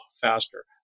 faster